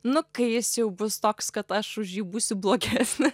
nu kai jis jau bus toks kad aš už jį būsiu blogesnė